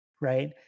right